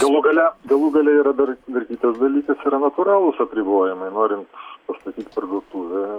galų gale galų gale yra dar ir kitas dalykas yra natūralūs apribojimai norint pastatyt parduotuvę